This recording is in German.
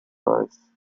weiß